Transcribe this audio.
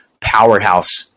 powerhouse